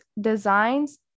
designs